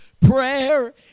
prayer